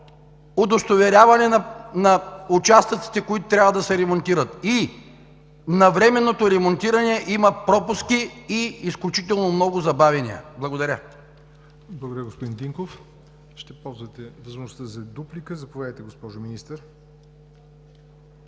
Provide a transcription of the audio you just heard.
удостоверяване на участъците, които трябва да се ремонтират, и навременното ремонтиране има пропуски и изключително много забавяния. Благодаря. ПРЕДСЕДАТЕЛ ЯВОР НОТЕВ: Благодаря, господин Динков. Ще ползвате възможността за дуплика – заповядайте, госпожо Министър.